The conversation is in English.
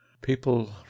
People